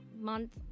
month